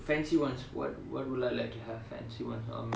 fancy ones what what would I like to have fancy ones um